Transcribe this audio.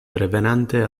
revenante